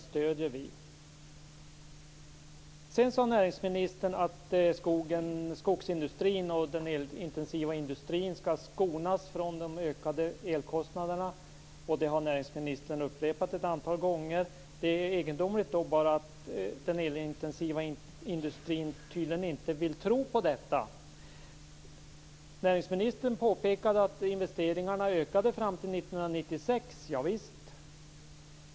Sedan sade näringsministern att skogsindustrin och den elintensiva industrin skall skonas från de ökade elkostnaderna. Detta har näringsministern upprepat ett antal gånger. Det egendomliga är bara att den elintensiva industrin tydligen inte vill tro på detta. Näringsministern påpekade att investeringarna ökade fram till 1996 - javisst.